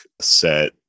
set